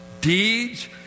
deeds